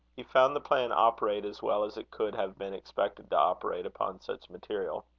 he found the plan operate as well as it could have been expected to operate upon such material.